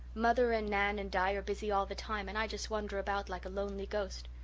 mother and nan and di are busy all the time and i just wander about like a lonely ghost.